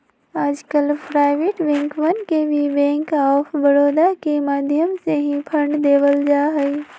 आजकल प्राइवेट बैंकवन के भी बैंक आफ बडौदा के माध्यम से ही फंड देवल जाहई